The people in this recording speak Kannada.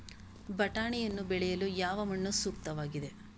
ಬಟಾಣಿಯನ್ನು ಬೆಳೆಯಲು ಯಾವ ಮಣ್ಣು ಸೂಕ್ತವಾಗಿದೆ?